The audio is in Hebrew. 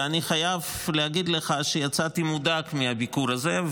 ואני חייב להגיד לך שיצאתי מודאג מהביקור הזה,